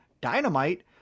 Dynamite